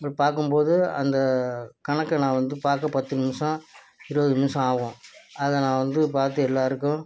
அப்படி பார்க்கும் போது அந்த கணக்கை நான் வந்து பார்க்க பத்து நிமிசம் இருபது நிமிசம் ஆகும் அதை நான் வந்து பார்த்து எல்லாருக்கும்